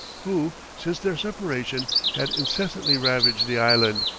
who, since their separation, had incessantly ravaged the island,